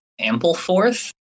Ampleforth